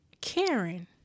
Karen